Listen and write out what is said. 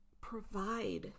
provide